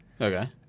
Okay